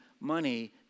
money